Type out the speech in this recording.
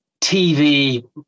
TV